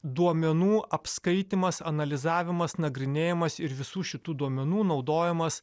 duomenų apskaitymas analizavimas nagrinėjamas ir visų šitų duomenų naudojimas